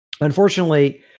unfortunately